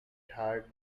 heart